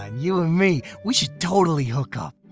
um you and me. we should totally hook up.